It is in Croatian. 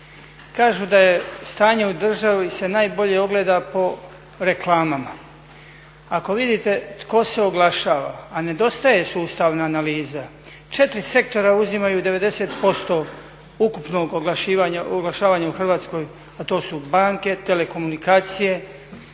Kažu da stanje u državi se najbolje ogleda po reklamama. Ako vidite tko se oglašava, a nedostaje sustavna analiza, četiri sektora uzimaju 90% ukupnog oglašavanja u Hrvatskoj, a to su banke, telekomunikacije,